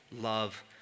love